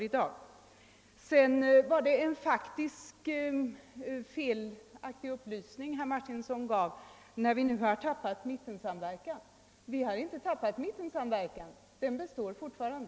Herr Martinsson lämnade vidare en felaktig faktisk upplysning, nämligen att mittensamverkan skulle ha upphört. Vi har inte upphört med denna samverkan. Den består fortfarande.